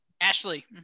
Ashley